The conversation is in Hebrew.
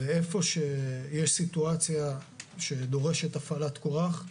ואיפה שיש סיטואציה שדורשת הפעלת כוח,